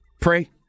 Pray